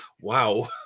Wow